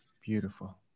Beautiful